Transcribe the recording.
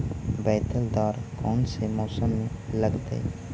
बैतल दाल कौन से मौसम में लगतैई?